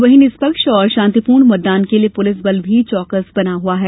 वहीं निष्पक्ष और शांतिपूर्ण मतदान के लिये पुलिस बल भी चौकस बना हुआ है